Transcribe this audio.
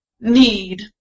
need